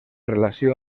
relació